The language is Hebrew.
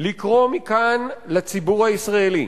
לקרוא מכאן לציבור הישראלי